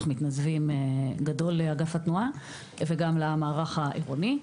המתנדבים הגדול שיש לאגף התנועה וגם למערך העירוני,